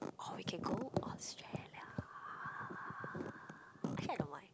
or we can Australia actaully I don't mind